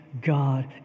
God